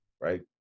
right